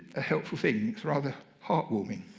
ah helpful thing. it's rather heartwarming.